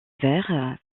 vert